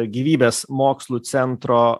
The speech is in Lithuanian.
gyvybės mokslų centro